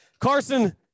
Carson